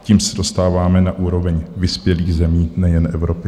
Tím se dostáváme na úroveň vyspělých zemí nejen Evropy.